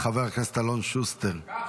חבר הכנסת אלון שוסטר,